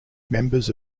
members